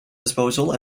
disposal